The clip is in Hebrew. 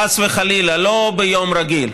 חס וחלילה, לא ביום רגיל,